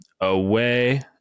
away